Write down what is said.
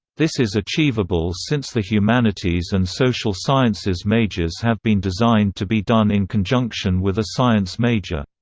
this is achievable since the humanities and social sciences majors have been designed to be done in conjunction with a science major.